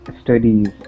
studies